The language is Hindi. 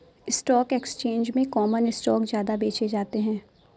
स्टॉक एक्सचेंज में कॉमन स्टॉक ज्यादा बेचे जाते है